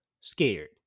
scared